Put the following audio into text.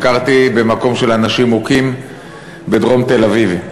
ביקרתי במקום של אנשים מוכים בדרום תל-אביב.